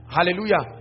Hallelujah